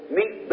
meet